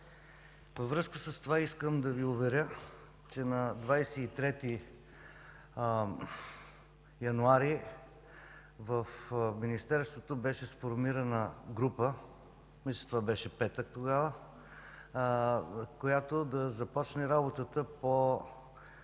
Във връзка с това искам да Ви уверя, че на 23 януари в Министерството беше сформирана група, мисля, че тогава беше петък, която да започне работата по